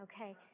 okay